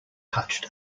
touched